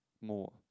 more